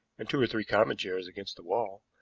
and two or three common chairs against the wall,